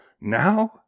Now